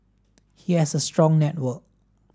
he has a strong network